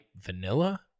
vanilla